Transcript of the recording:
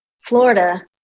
florida